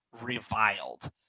reviled